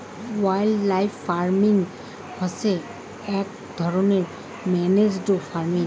wildlife farming হসে আক ধরণের ম্যানেজড ফার্মিং